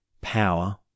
power